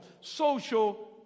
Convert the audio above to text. social